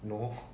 no